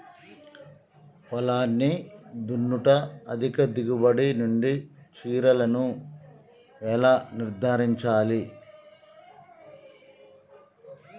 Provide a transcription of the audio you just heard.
పొలాన్ని దున్నుట అధిక దిగుబడి నుండి చీడలను ఎలా నిర్ధారించాలి?